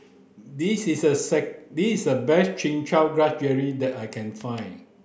this is the this is the best chin chow grass jelly that I can find